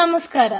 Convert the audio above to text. നമസ്കാരം